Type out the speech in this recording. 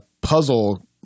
puzzle